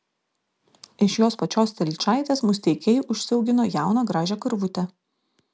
iš jos pačios telyčaitės musteikiai užsiaugino jauną gražią karvutę